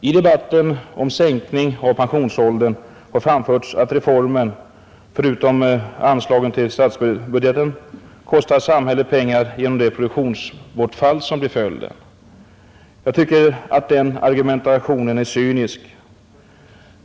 I debatten om sänkning av pensionsåldern har framförts att reformen, förutom anslagen i statsbudgeten, kostar samhället pengar genom det 47 produktionsbortfall som blir följden. Jag tycker att den argumentationen är cynisk.